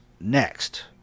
next